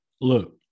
look